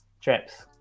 trips